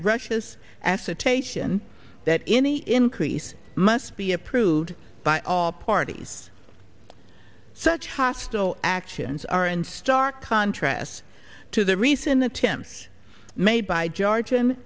sion that any increase must be approved by all parties such hostile actions are in stark contrast to the recent attempts made by georgian